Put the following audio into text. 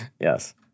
Yes